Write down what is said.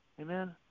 Amen